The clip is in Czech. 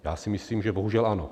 Já si myslím, že bohužel ano.